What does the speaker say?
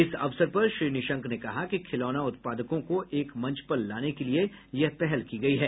इस अवसर पर श्री निशंक ने कहा कि खिलौना उत्पादकों को एक मंच पर लाने के लिये यह पहल की गयी है